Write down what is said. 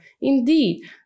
Indeed